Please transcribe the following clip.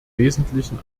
wesentlichen